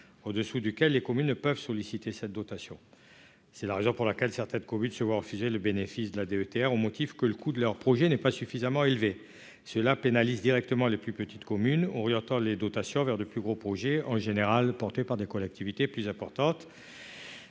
au-dessous duquel les communes peuvent solliciter cette dotation, c'est la raison pour laquelle certaines Covid se voir refuser le bénéfice de la DETR au motif que le coût de leur projet n'est pas suffisamment cela pénalise directement les plus petites communes, orientant les dotations vers de plus gros projet en général portés par des collectivités plus importante